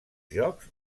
jocs